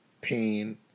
pain